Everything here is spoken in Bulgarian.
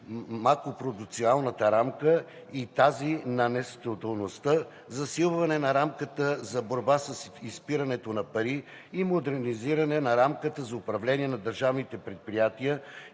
макропруденциалната рамка и тази на несъстоятелността, засилване на рамката за борба с изпирането на пари и модернизиране на рамката за управление на държавните предприятия